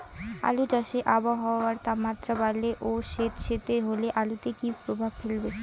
আলু চাষে আবহাওয়ার তাপমাত্রা বাড়লে ও সেতসেতে হলে আলুতে কী প্রভাব ফেলবে?